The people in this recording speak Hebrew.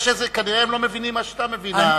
כנראה הם לא מבינים מה שאתה מבין,